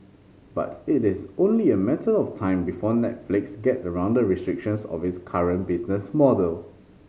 but it is only a matter of time before Netflix gets around the restrictions of its current business model